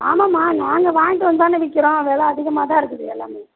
ஆமாம்மா நாங்கள் வாங்கிட்டு வந்து தானே விற்கிறோம் வெலை அதிகமாத்தான் இருக்குது எல்லாமே